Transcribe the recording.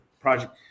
project